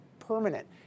permanent